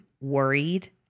worried